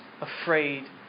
afraid